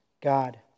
God